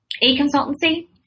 E-consultancy